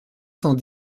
cent